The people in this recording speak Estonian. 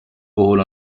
puhul